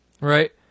Right